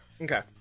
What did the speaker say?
Okay